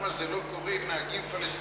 למה זה לא קורה עם נהגים פלסטינים,